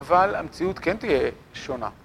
אבל המציאות כן תהיה שונה.